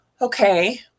okay